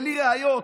בלי ראיות.